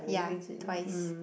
ya twice